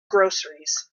groceries